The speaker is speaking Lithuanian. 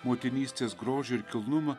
motinystės grožį ir kilnumą